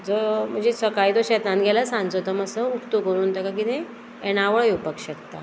जो म्हणजे सकाळी तूं शेतान गेल्यार सांजो तो मातसो उक्तो करून ताका कितें एणावळ येवपाक शकता